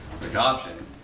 Adoption